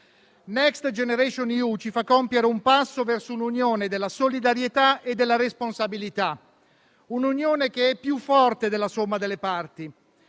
Next generation EU ci fa compiere un passo verso una Unione della solidarietà e della responsabilità; un'Unione che è più forte della somma delle parti,